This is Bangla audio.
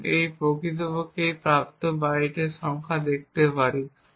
এবং প্রকৃতপক্ষে প্রাপ্ত বাইটের সংখ্যা দেখতে পারি